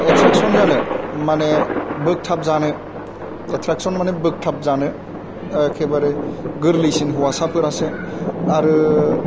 attraction जानो माने बोगथाबजानो एट्राकसन माने बोगथाबजानो एखेबारे गोरलैसिन हौवासाफोरासो आरो